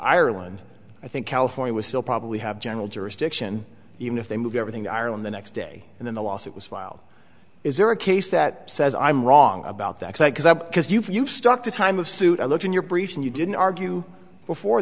ireland i think california was still probably have general jurisdiction even if they moved everything to ireland the next day and then the lawsuit was filed is there a case that says i'm wrong about that because i because you've stuck to a time of suit i looked in your briefs and you didn't argue before